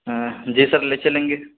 جی sir لے چلیں گے